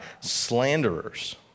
slanderers